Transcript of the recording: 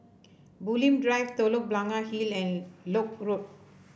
Bulim Drive Telok Blangah Hill and Lock Road